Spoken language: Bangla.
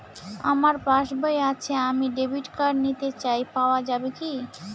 আমার পাসবই আছে আমি ডেবিট কার্ড নিতে চাই পাওয়া যাবে কি?